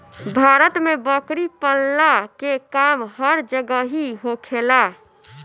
भारत में बकरी पलला के काम हर जगही होखेला